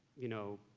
you know,